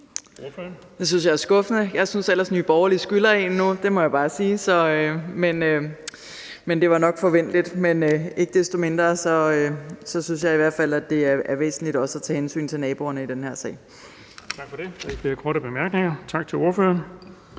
Det synes jeg er skuffende. Jeg synes ellers, at Nye Borgerlige skylder en nu. Det må jeg bare sige. Men det var nok forventeligt. Ikke desto mindre synes jeg, at det i hvert fald er væsentligt også at tage hensyn til naboerne i den her sag. Kl. 16:52 Den fg. formand (Erling Bonnesen):